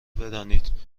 بدانید